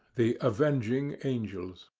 the avenging angels.